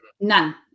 None